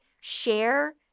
share